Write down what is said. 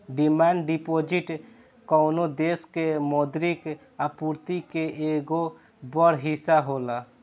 demand deposit कवनो देश के मौद्रिक आपूर्ति के एगो बड़ हिस्सा होला